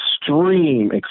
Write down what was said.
extreme